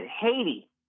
Haiti